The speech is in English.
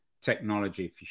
technology